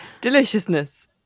Deliciousness